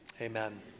amen